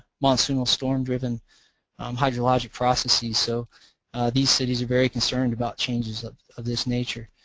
monsoonal storm driven hydrologic processes so these cities are very concerned about changes of of this nature.